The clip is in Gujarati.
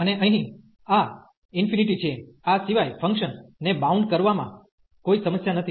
અને અહીં આ ઇન્ફીનીટી છે આ સિવાય ફંકશન ને બાઉન્ડ કરવામાં કોઈ સમસ્યા નથી